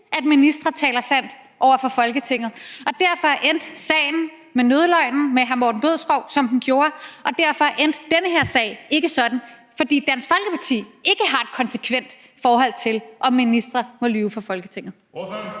at ministre taler sandt over for Folketinget. Derfor endte sagen om nødløgnen med hr. Morten Bødskov, som den gjorde, og derfor endte den her sag ikke sådan, netop fordi Dansk Folkeparti ikke har et konsekvent forhold til, om ministre må lyve for Folketinget.